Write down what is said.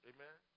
Amen